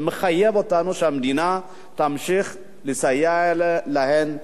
זה מחייב שהמדינה תמשיך לסייע להן,